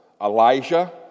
Elijah